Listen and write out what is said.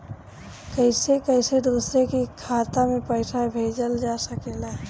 कईसे कईसे दूसरे के खाता में पईसा भेजल जा सकेला?